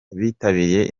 bitabiriye